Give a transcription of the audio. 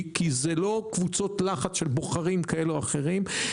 כי אלו לא קבוצות לחץ של בוחרים כאלה או אחרים,